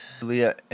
Leah